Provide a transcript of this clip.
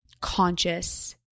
conscious